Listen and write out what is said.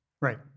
Right